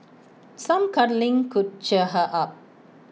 some cuddling could cheer her up